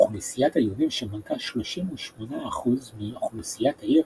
אוכלוסיית היהודים, שמנתה 38% מאוכלוסיית העיר,